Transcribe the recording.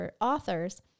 author's